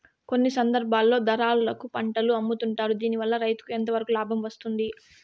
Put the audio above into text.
కొన్ని సందర్భాల్లో దళారులకు పంటలు అమ్ముతుంటారు దీనివల్ల రైతుకు ఎంతవరకు లాభం వస్తుంది?